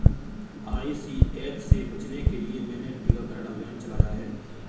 ICH से बचने के लिए मैंने टीकाकरण अभियान चलाया है